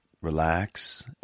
relax